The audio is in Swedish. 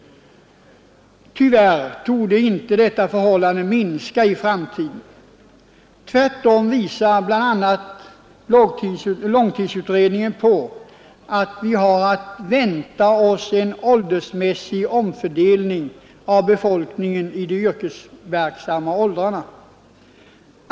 Tyvärr torde inte detta förhållande minska i framtiden. Tvärtom visar bl.a. långtidsutredningen att vi har att vänta oss en åldersmässig omfördelning av befolkningen i de yrkesverksamma åldrarna.